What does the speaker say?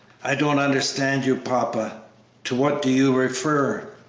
i don't understand you, papa to what do you refer?